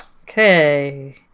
Okay